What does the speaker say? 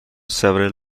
several